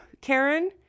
Karen